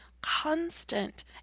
constant